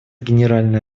генеральная